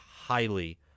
highly